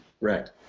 Right